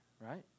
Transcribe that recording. right